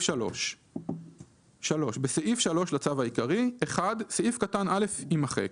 3 3. בסעיף 3 לצו העיקרי - סעיף קטן (א) - יימחק.